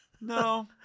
No